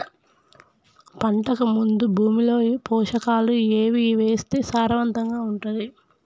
పంటకు ముందు భూమిలో పోషకాలు ఏవి వేస్తే సారవంతంగా ఉంటది?